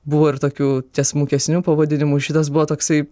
buvo ir tokių tiesmukesnių pavadinimų šitas buvo toksai